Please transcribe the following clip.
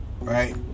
right